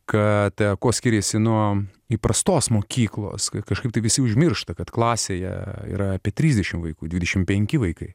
katę kuo skiriasi nuo įprastos mokyklos kažkaip taip visi užmiršta kad klasėje yra apie trisdešimt vaikų dvidešimt penki vaikai